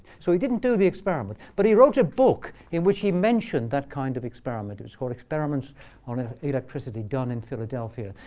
so he didn't do the experiment. but he wrote a book in which he mentioned that kind of experiment. it was called experiments on ah electricity done in philadelphia.